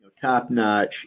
top-notch